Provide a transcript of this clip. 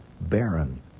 barren